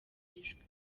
ijwi